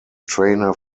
trainer